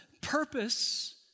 Purpose